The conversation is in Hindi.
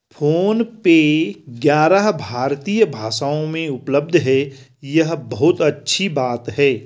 फोन पे ग्यारह भारतीय भाषाओं में उपलब्ध है यह बहुत अच्छी बात है